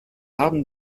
haben